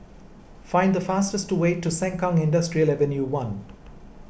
find the fastest way to Sengkang Industrial Ave one